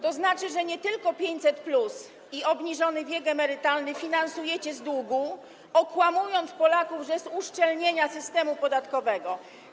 To znaczy, że nie tylko 500+ i obniżenie wieku emerytalnego finansujecie z długu, okłamując Polaków, że z uszczelnienia systemu podatkowego.